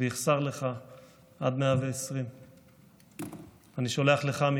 ויחסר לך עד 120. מכאן אני שולח לך,